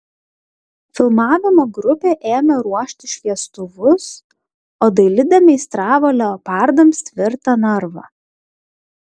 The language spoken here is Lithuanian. filmavimo grupė ėmė ruošti šviestuvus o dailidė meistravo leopardams tvirtą narvą